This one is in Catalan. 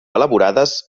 elaborades